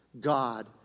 God